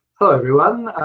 hello everyone.